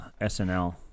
SNL